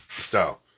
style